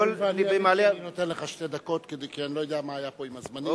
אני נותן לך שתי דקות כי אני לא יודע מה היה פה עם הזמנים.